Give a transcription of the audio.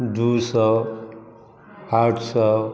दू सओ आठ सओ